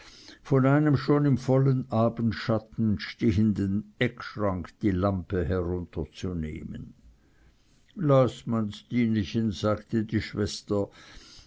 von einem schon im vollen abendschatten stehenden eckschrank die lampe herunterzunehmen laß man stinechen sagte die schwester